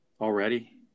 Already